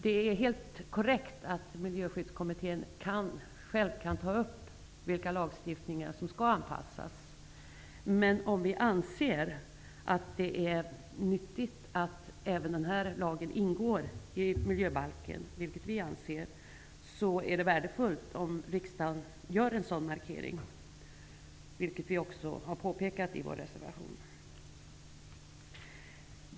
Det är helt korrekt att Miljöskyddskommittén själv kan ta upp frågor om vilken lagstiftning som skall anpassas. Vi anser att det är nyttigt att även den här lagen ingår i miljöbalken. Därför är det värdefullt att riksdagen gör en sådan markering, vilket vi också har framfört i vår reservation.